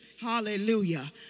hallelujah